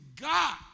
God